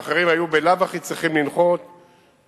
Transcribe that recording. ואחרים בלאו הכי היו צריכים לנחות בעמאן,